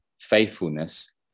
faithfulness